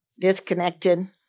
disconnected